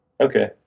Okay